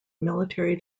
military